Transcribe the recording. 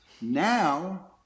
Now